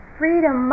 freedom